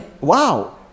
Wow